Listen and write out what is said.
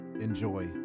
Enjoy